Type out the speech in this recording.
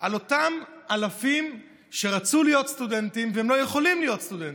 על אותם אלפים שרצו להיות סטודנטים והם לא יכולים להיות סטודנטים,